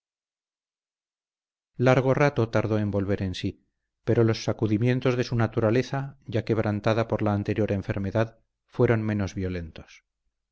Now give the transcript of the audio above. largo rato tardó en volver en sí pero los sacudimientos de su naturaleza ya quebrantada por la anterior enfermedad fueron menos violentos